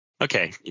Okay